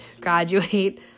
graduate